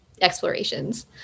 explorations